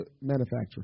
manufacturer